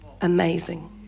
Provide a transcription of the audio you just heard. amazing